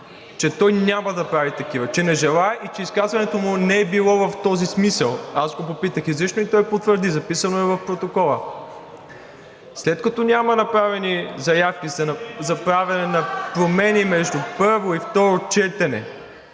че той няма да прави такива, че не желае и че изказването му не е било в този смисъл. Аз го попитах изрично и той потвърди. Записано е в протокола. След като няма направени заявки за правене (шум и реплики) на промени между първо и второ четене,